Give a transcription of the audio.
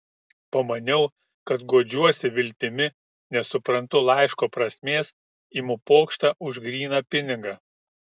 pamaniau kad guodžiuosi viltimi nesuprantu laiško prasmės imu pokštą už gryną pinigą